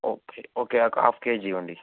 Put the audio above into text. okay okay ఒక half KG ఇవ్వండి